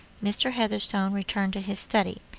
mr. heatherstone returned to his study,